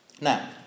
Now